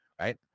right